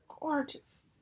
gorgeous